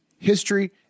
history